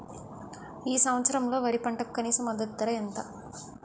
ఈ సంవత్సరంలో వరి పంటకు కనీస మద్దతు ధర ఎంత?